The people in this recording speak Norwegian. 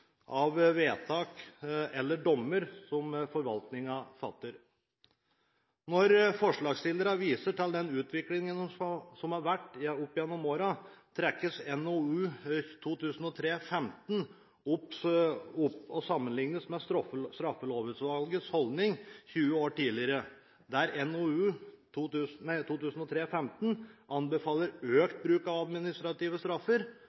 av vedtak eller dommer som forvaltningen fatter. Når forslagsstillerne viser til den utviklingen som har vært opp gjennom årene, trekkes NOU 2003: 15 fram og sammenlignes med Straffelovutvalgets holdning 20 år tidligere. Der NOU 2003: 15 anbefaler økt bruk av administrative straffer,